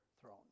throne